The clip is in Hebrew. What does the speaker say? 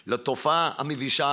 לתופעה המבישה,